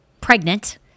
pregnant